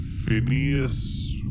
Phineas